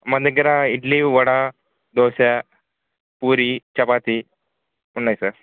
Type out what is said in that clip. మన దగ్గర ఇడ్లీ వడా దోశ పూరీ చపాతీ ఉన్నాయి సార్